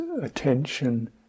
attention